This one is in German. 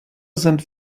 sind